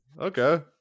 okay